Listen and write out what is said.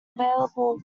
available